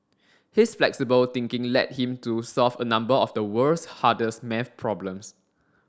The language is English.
his flexible thinking led him to solve a number of the world's hardest maths problems